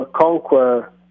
conquer